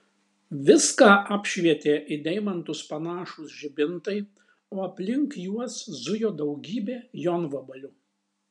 viską apšvietė į deimantus panašūs žibintai o aplink juos zujo daugybė jonvabalių